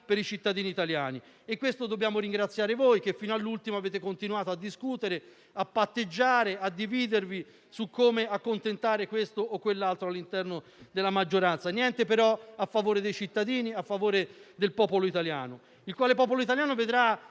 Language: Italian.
per i cittadini italiani. Per questo dobbiamo ringraziare voi che fino all'ultimo avete continuato a discutere, a patteggiare e a dividervi su come accontentare questo o quell'altro all'interno della maggioranza. Niente, però, a favore dei cittadini, a favore del popolo italiano che con questa manovra